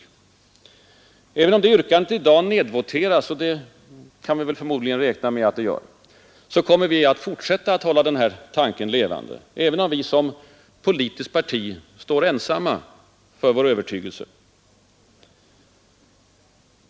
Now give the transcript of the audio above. Även om det yrkandet i dag nedvoteras — och det kan vi förmodligen räkna med — kommer vi att fortsätta att hålla denna tanke levande, även om vi som politiskt parti står ensamma för vår övertygelse.